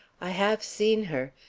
i have seen her.